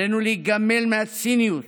עלינו להיגמל מהציניות